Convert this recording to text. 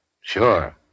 Sure